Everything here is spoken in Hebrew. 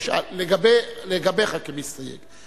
לגביך כמסתייג.